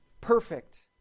Perfect